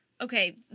Okay